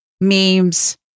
memes